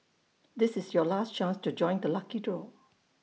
this is your last chance to join the lucky draw